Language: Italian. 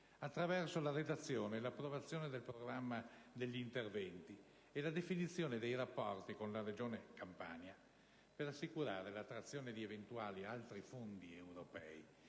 attraverso la redazione e approvazione del programma degli interventi e la definizione dei rapporti con la Regione Campania per assicurare l'attrazione di eventuali altri fondi europei